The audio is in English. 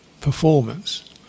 Performance